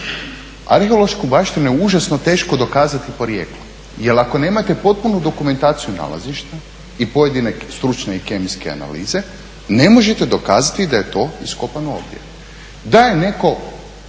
Arheološku baštinu je užasno teško dokazati porijeklo jer ako nemate potpunu dokumentaciju nalazišta i pojedine stručne i kemijske analize ne možete dokazati da je to iskopano ovdje.